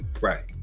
Right